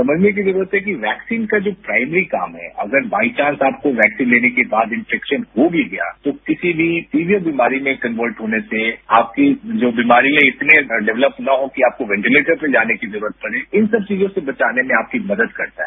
समझने की जरूरत है कि वैक्सीन का जो प्राइमरी काम है अगर बाइचांस आपको वैक्सीन लेने के बाद इनेफेक्शन हो भी गया तो किसी भी सीवियर बीमारी में कन्वर्ट होने से आपके जो बीमारियां इतने डेवलप न हो कि आपको वेंटिलेटर पर जाने की जरूरत पड़े इन सब चीजों से बचाने में आपकी मदद करता है